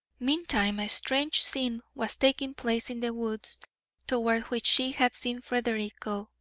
meantime a strange scene was taking place in the woods toward which she had seen frederick go.